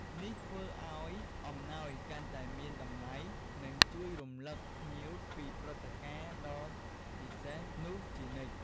នេះធ្វើឲ្យអំណោយកាន់តែមានតម្លៃ និងជួយរំឭកភ្ញៀវពីព្រឹត្តិការណ៍ដ៏ពិសេសនោះជានិច្ច។